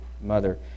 mother